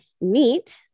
meet